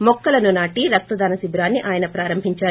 మొక్కిను నాటి ్రక్తదాన శిబిరాన్ని ఆయన ప్రారంభిందారు